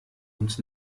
uns